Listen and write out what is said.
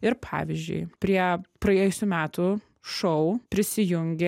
ir pavyzdžiui prie praėjusių metų šou prisijungė